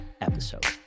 episode